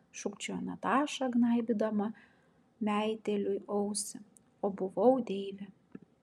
šūkčiojo nataša gnaibydama meitėliui ausį o buvau deivė